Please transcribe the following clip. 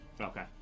Okay